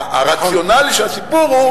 הרציונל של הסיפור,